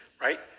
right